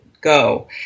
go